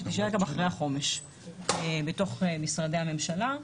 שתישאר גם אחרי החומש בתוך משרדי הממשלה.